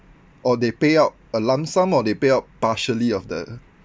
or they payout a lump sum or they payout partially of the